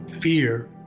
Fear